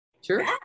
sure